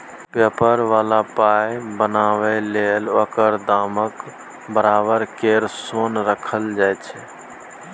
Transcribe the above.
paper बला पाइ बनाबै लेल ओकर दामक बराबर केर सोन राखल जाइ छै